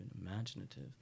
imaginative